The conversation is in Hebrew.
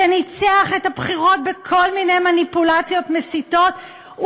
שניצח בבחירות בכל מיני מניפולציות מסיתות,